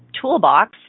toolbox